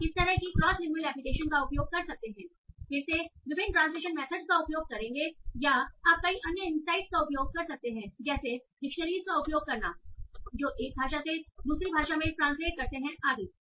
आप किस तरह की क्रॉस लिंगुअल एप्लीकेशन का उपयोग कर सकते हैं फिर से वे विभिन्न ट्रांसलेशन मेथडस का उपयोग करेंगे या आप कई अन्य इनसाइटस का उपयोग कर सकते हैं जैसे डिक्शनरीस का उपयोग करना जो एक भाषा से दूसरी भाषा में ट्रांसलेट करते हैं आदि